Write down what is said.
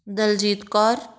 Daljit Kaur